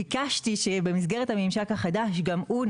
ביקשתי שבמסגרת הממשק החדש גם הוא,